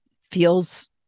feels